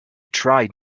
tried